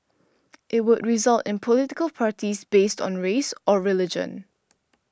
it would result in political parties based on race or religion